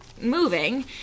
moving